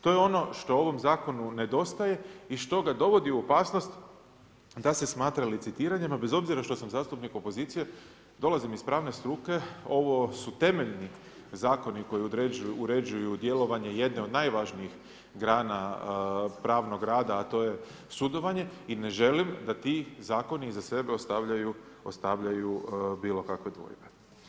To je ono što ovom zakonu nedostaje i što ga dovodi u opasnost da se smatra licitiranjem, a bez obzira što sam zastupnik opozicije, dolazim iz pravne struke, ovo su temeljni zakoni koji određuju, uređuju djelovanje jedne od najvažnijih grana pravnog rada a to je sudovanje i ne želim da ti zakoni iza sebe ostavljaju bilokakve dvojbe.